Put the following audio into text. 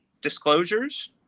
disclosures